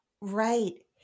Right